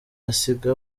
asiga